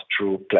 true